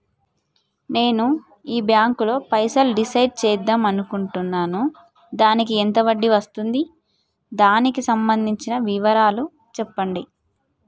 నేను ఈ బ్యాంకులో పైసలు డిసైడ్ చేద్దాం అనుకుంటున్నాను దానికి ఎంత వడ్డీ వస్తుంది దానికి సంబంధించిన వివరాలు చెప్పండి?